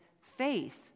faith